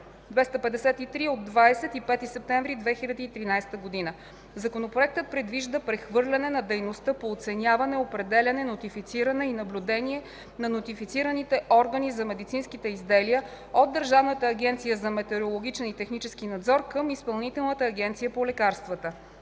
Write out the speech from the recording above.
253 от 25 септември 2013 г.). Законопроектът предвижда прехвърляне на дейността по оценяване, определяне, нотифициране и наблюдение на нотифицираните органи за медицинските изделия от Държавната агенция за метрологичен и технически надзор към Изпълнителната агенция по лекарствата